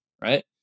right